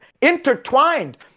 intertwined